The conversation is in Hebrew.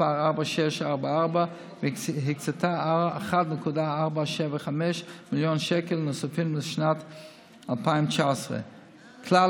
4644 והקצתה 1.475 מיליון שקלים נוספים לשנת 2019. כלל